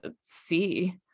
see